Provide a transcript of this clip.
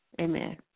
Amen